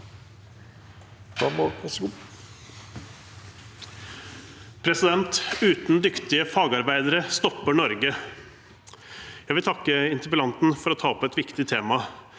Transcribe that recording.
Uten dykti- ge fagarbeidere stopper Norge. Jeg vil takke interpellanten for å ta opp et viktig tema,